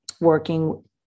working